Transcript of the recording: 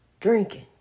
drinking